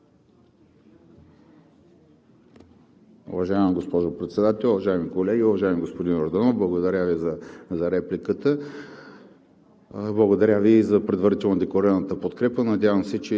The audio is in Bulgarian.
благодаря Ви за репликата.